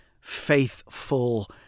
faithful